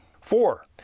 four